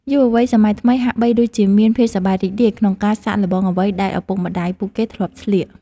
យុវវ័យសម័យថ្មីហាក់បីដូចជាមានភាពសប្បាយរីករាយក្នុងការសាកល្បងអ្វីដែលឪពុកម្តាយពួកគេធ្លាប់ស្លៀក។